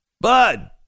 Bud